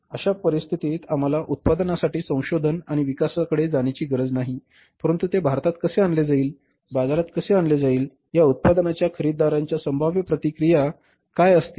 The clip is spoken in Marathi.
अशा परिस्थितीत आम्हाला उत्पादनासाठी संशोधन आणि विकासाकडे जाण्याची गरज नाही परंतु ते भारतात कसे आणले जाईल बाजारात कसे आणले जाईल या उत्पादनाच्या खरेदीदारांच्या संभाव्य प्रतिक्रिया काय असतील